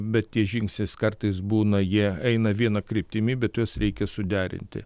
bet tie žingsnis kartais būna jie eina viena kryptimi bet juos reikia suderinti